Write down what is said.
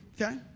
Okay